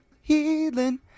healing